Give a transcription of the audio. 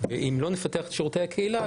ואם לא נפתח את שירותי הקהילה,